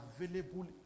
available